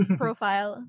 profile